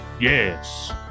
yes